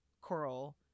coral